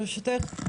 ברשותך,